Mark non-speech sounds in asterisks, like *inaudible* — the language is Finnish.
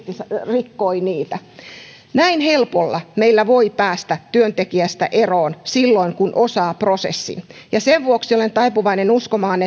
rikkoi sitä näin helpolla meillä voi päästä työntekijästä eroon silloin kun osaa prosessin ja sen vuoksi olen taipuvainen uskomaan *unintelligible*